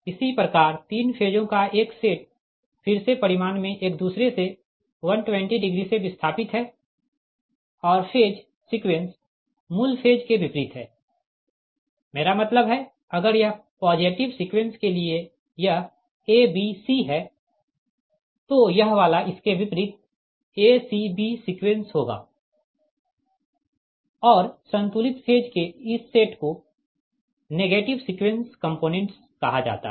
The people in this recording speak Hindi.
इसी प्रकार तीन फेजों का एक सेट फिर से परिमाण में एक दूसरे से 120 डिग्री से विस्थापित है और फेज सीक्वेंस मूल फेज के विपरीत है मेरा मतलब है अगर यह पॉजिटिव सीक्वेंस के लिए है यह a b c है तो यह वाला इसके विपरीत a c b सीक्वेंस होगा और संतुलित फेज के इस सेट को नेगेटिव सीक्वेंस कंपोनेंट्स कहा जाता है